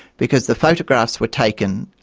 because the photographs were taken,